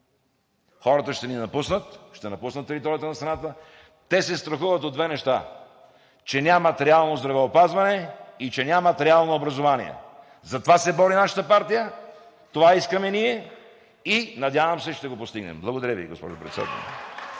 Хората ще ни напуснат, ще напуснат територията на страната. Те се страхуват от две неща – че нямат реално здравеопазване и че нямат реално образование. За това се бори нашата партия, това искаме ние и, надявам се, ще го постигнем. Благодаря Ви, госпожо Председател.